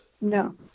No